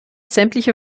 sämtliche